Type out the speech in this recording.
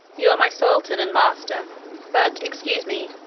you are my sultan and master but excuse me,